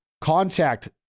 Contact